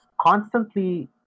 constantly